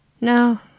No